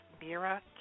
Mira